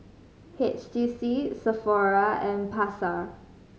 H T C Sephora and Pasar